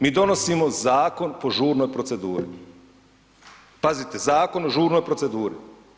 Mi donosimo zakon po žurnoj proceduri, pazite zakon o žurnoj proceduri.